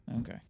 Okay